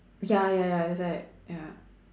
ya ya ya that's why ya